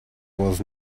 was